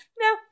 No